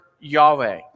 Yahweh